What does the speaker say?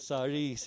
Sorry